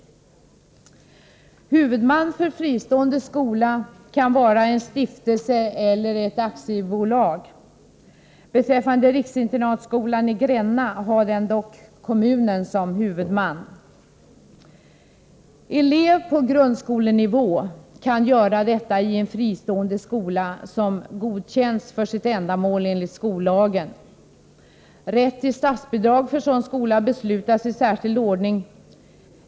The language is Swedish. Huvudman för fristående skola kan vara en stiftelse eller ett aktiebolag. Riksinternatskolan i Gränna har dock kommunen som huvudman. Elev på grundskolenivå kan gå i en fristående skola som godkänts för sitt ändamål enligt skollagen. Rätt till statsbidrag för sådan skola beslutas i särskild ordning.